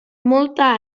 molta